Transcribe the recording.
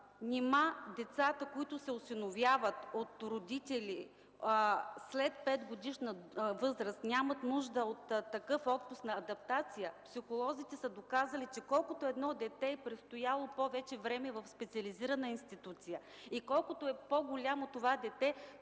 Нима децата, които се осиновяват от родители след петгодишна възраст, нямат нужда от такъв отпуск за адаптация? Психолозите са доказали, че колкото едно дете е престояло повече време в специализирана институция и колкото това дете